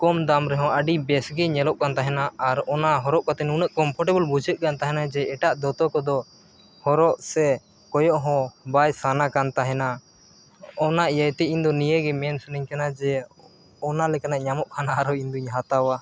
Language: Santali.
ᱠᱚᱢ ᱫᱟᱢ ᱨᱮᱦᱚᱸ ᱟᱹᱰᱤ ᱵᱮᱥᱜᱮ ᱧᱮᱞᱚᱜ ᱠᱟᱱ ᱛᱟᱦᱮᱱᱟ ᱟᱨ ᱚᱱᱟ ᱦᱚᱨᱚᱜ ᱠᱟᱛᱮᱫ ᱱᱩᱱᱟᱹᱜ ᱵᱩᱡᱷᱟᱹᱜ ᱠᱟᱱ ᱛᱟᱦᱮᱱᱟ ᱡᱮ ᱮᱴᱟᱜ ᱫᱚᱛᱚ ᱠᱚᱫᱚ ᱦᱚᱨᱚᱜ ᱥᱮ ᱠᱚᱭᱚᱜ ᱦᱚᱸ ᱵᱟᱭ ᱥᱟᱱᱟ ᱠᱟᱱ ᱛᱟᱦᱮᱱᱟ ᱚᱱᱟ ᱤᱭᱟᱹᱛᱮ ᱤᱧᱫᱚ ᱱᱤᱭᱟᱹᱜᱮ ᱢᱮᱱ ᱥᱟᱱᱟᱧ ᱠᱟᱱᱟ ᱡᱮ ᱚᱱᱟ ᱞᱮᱠᱟᱱᱟᱜ ᱧᱟᱢᱚᱜ ᱠᱷᱟᱱ ᱟᱨᱦᱚᱸ ᱤᱧᱫᱚᱧ ᱦᱟᱛᱟᱣᱟ